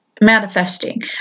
manifesting